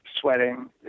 sweating